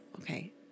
okay